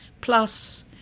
Plus